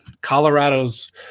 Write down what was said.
Colorado's